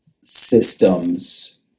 systems